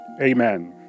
Amen